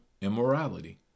immorality